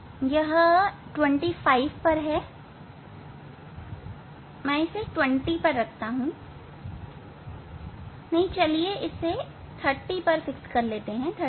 यह 25 पर है मैं इसे 20 पर रखता हूं नहीं चलिए मैं इसे 30 पर रखता हूं